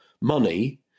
money